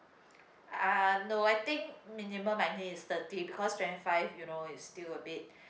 uh no I think minimum I need is thirty because twenty five you know it's still a bit